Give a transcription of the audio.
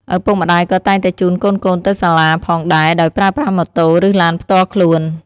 ឪពុកម្តាយក៏តែងតែជូនកូនៗទៅសាលាផងដែរដោយប្រើប្រាស់ម៉ូតូឬឡានផ្ទាល់ខ្លួន។